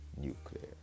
nuclear